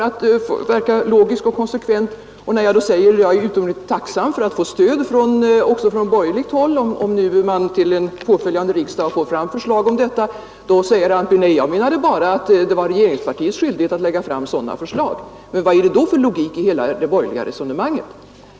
När jag då svarar att jag är utomordentligt tacksam för att få stöd också från borgerligt håll, om regeringen till en påföljande riksdag kommer med förslag om detta, då säger herr Antby: Nej, jag menade bara att det är regeringspartiets skyldighet att lägga fram sådana förslag. Men vad är det då för logik i hela det borgerliga resonemanget?